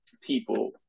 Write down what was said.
people